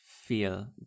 feel